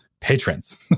patrons